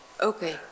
Okay